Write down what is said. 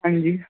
ਹਾਂਜੀ